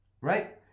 right